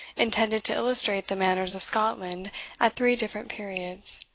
intended to illustrate the manners of scotland at three different periods.